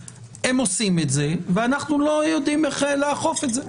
הם עושים את זה ואנחנו לא יודעים איך לאכוף את זה.